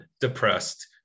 depressed